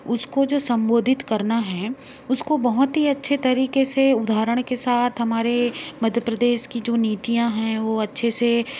उसको जो सम्बोधित करना है उसको बहुत ही अच्छे तरीके से उदहारण के साथ हमारे मध्य प्रदेश की जो नीतियाँ हैं वो अच्छे से